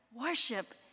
worship